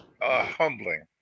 humbling